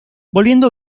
volviendo